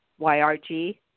YRG